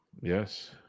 yes